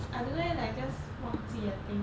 I don't know leh like just 忘记 I think